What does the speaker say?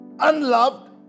Unloved